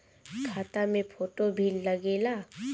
खाता मे फोटो भी लागे ला?